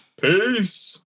Peace